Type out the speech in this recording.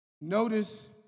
Notice